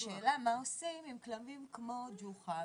אז השאלה מה עושים עם כלבים כמו ג'וחא.